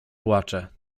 płacze